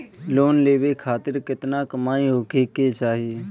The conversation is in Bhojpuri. लोन लेवे खातिर केतना कमाई होखे के चाही?